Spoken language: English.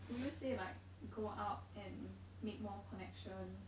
will you say like go out and make more connections